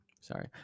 sorry